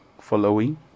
following